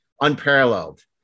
unparalleled